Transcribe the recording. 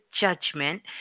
judgment